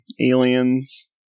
aliens